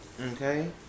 Okay